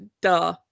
duh